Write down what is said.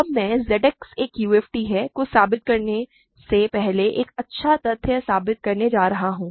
अब मैं ZX एक UFD है को साबित करने से पहले एक अच्छा तथ्य साबित करने जा रहा हूं